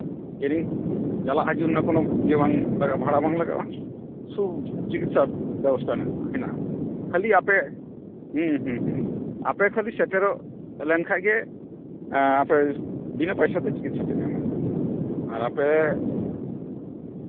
ᱛᱮᱦᱮᱧ ᱪᱟᱞᱟᱜ ᱦᱤᱡᱩᱜ ᱨᱮᱱᱟᱜ ᱠᱚᱱᱳ ᱤᱭᱟᱹ ᱵᱟᱝ ᱵᱷᱟᱲᱟ ᱵᱟᱝ ᱞᱟᱜᱟᱜᱼᱟ ᱥᱚᱵ ᱪᱤᱠᱤᱛᱥᱟ ᱵᱮᱵᱚᱥᱛᱷᱟ ᱢᱮᱱᱟᱜᱼᱟ ᱠᱷᱟᱹᱞᱤ ᱟᱯᱮ ᱟᱯᱮ ᱠᱷᱟᱹᱞᱤ ᱥᱮᱴᱮᱨᱚᱜ ᱞᱮᱱᱠᱷᱟᱡ ᱜᱮ ᱟᱯᱮ ᱵᱤᱱᱟᱹ ᱯᱚᱭᱥᱟᱛᱮ ᱪᱤᱠᱤᱛᱥᱟ ᱯᱮ ᱧᱟᱢᱟ ᱟᱨ ᱟᱯᱮ